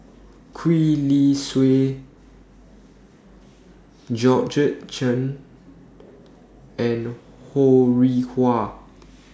Gwee Li Sui Georgette Chen and Ho Rih Hwa